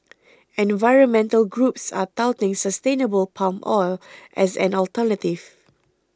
environmental groups are touting sustainable palm oil as an alternative